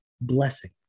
blessing